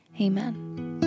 Amen